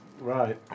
right